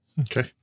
Okay